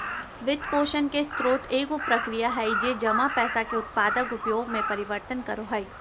वित्तपोषण के स्रोत एगो प्रक्रिया हइ जे जमा पैसा के उत्पादक उपयोग में परिवर्तन करो हइ